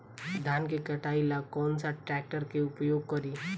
धान के कटाई ला कौन सा ट्रैक्टर के उपयोग करी?